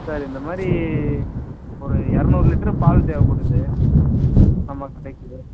sir இந்த மாதிரி ஒரு இரநூறு லிட்ரு பால் தேவைப்படுது நம்ம கடைக்கு